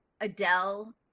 adele